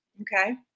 Okay